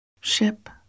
Ship